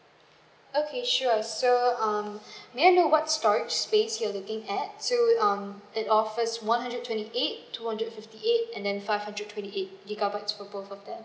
okay sure so um may I know what's storage space you looking at so um it offers one hundred twenty eight two hundred fifty eight and then five hundred twenty eight gigabytes for both of them